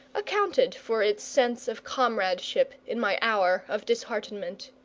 accounted for its sense of comradeship in my hour of disheartenment.